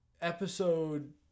episode